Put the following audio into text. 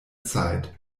zeit